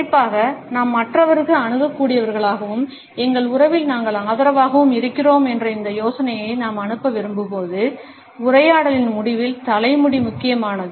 குறிப்பாக நாம் மற்றவருக்கு அணுகக்கூடியவர்களாகவும் எங்கள் உறவில் நாங்கள் ஆதரவாகவும் இருக்கிறோம் என்ற இந்த யோசனையை நாம் அனுப்ப விரும்பும்போது உரையாடலின் முடிவில் தலைமுடி முக்கியமானது